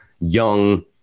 young